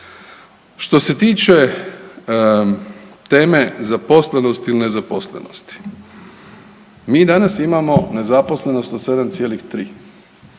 Što se tiče teme zaposlenosti ili nezaposlenosti mi danas imamo nezaposlenost na 7,3.